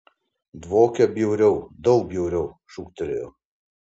dvokia bjauriau daug bjauriau šūktelėjo